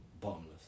bottomless